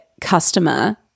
customer